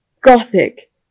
gothic